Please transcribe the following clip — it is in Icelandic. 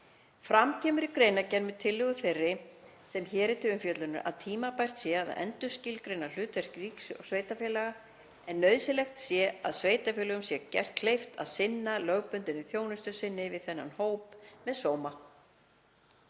Fram kemur í greinargerð með tillögu þeirri sem hér er til umfjöllunar að tímabært sé að endurskilgreina hlutverk ríkis og sveitarfélaga, en nauðsynlegt sé að sveitarfélögum sé gert kleift að sinna lögbundinni þjónustu sinni við þennan hóp með sóma.